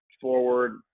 forward